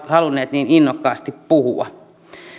halunneet niin innokkaasti puhua